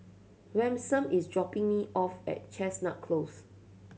Ransom is dropping me off at Chestnut Close